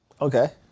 Okay